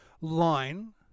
line